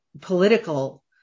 political